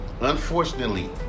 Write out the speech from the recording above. Unfortunately